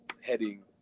heading